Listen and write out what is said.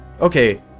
okay